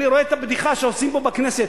אני רואה את הבדיחה שעושים פה בכנסת,